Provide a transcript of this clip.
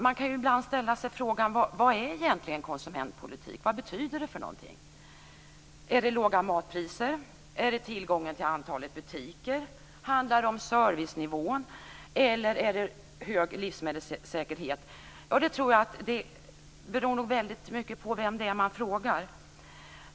Man kan ibland fråga sig: Vad är egentligen konsumentpolitik? Vad betyder det? Är det låga matpriser? Är det tillgången till antalet butiker? Handlar det om servicenivå eller hög livsmedelssäkerhet? Jag tror att svaren beror mycket på vem man frågar.